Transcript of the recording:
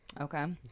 okay